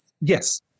Yes